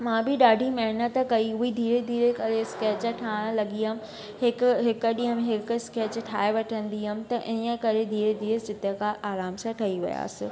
मां बि ॾाढी महिनत कई हुई धीरे धीरे करे स्केच ठाहिणु लॻी हुयमि हिकु हिकु ॾींहं में हिकु स्केच ठाहे वठंदी हुयमि त इअं करे धीरे धीरे चित्रकार आराम सां ठही वयसि